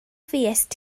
fuest